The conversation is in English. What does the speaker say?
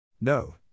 No